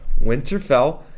Winterfell